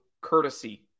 courtesy